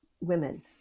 women